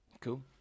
cool